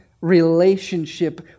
relationship